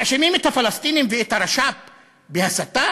מאשימים את הפלסטינים ואת הרש"פ בהסתה?